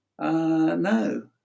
no